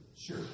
Sure